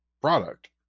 product